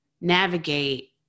navigate